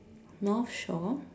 north shore